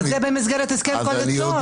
זה במסגרת הסכם קואליציוני.